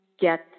get